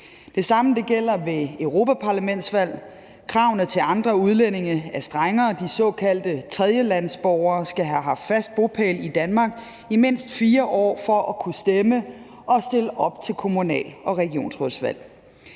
Det samme gælder ved europaparlamentsvalg. Kravene til andre udlændinge er strengere. De såkaldte tredjelandsborgere skal have haft fast bopæl i Danmark i mindst 4 år for at kunne stemme og stille op til kommunal- og regionsrådsvalg.